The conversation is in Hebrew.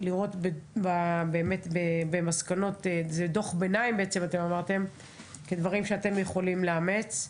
נראה שוועדת דותן היא זאת שיכולה לעשות את השינויים האמיתיים.